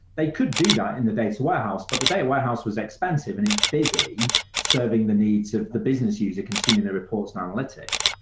they could do that in the data warehouse, but the data warehouse was expensive and is busy serving the needs of the business user consumer their reports and analytics.